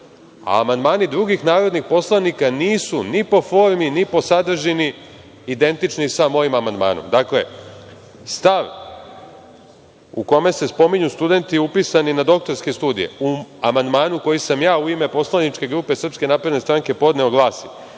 a amandmani drugih narodnih poslanika nisu ni po formi, ni po sadržini identični sa mojim amandmanom. Dakle, stav u kome se spominju studenti upisan na doktorske studije u amandmanu koji sam ja u ime poslaničke grupe SNS podneo glasi